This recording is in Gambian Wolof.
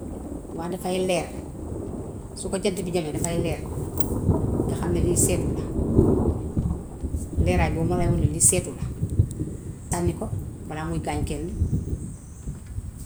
Waaw dafaay leer. Su ko jant bi jegee dafaay leer, nga xam ne lii seetu la. Leeraay boobu moo lay won ne lii seetu la, sànni ko balaa muy gaañ kenn.